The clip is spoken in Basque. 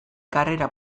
karrera